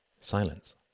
silence